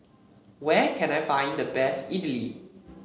where can I find the best Idili